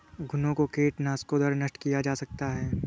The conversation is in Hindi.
घुनो को कीटनाशकों द्वारा नष्ट किया जा सकता है